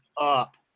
up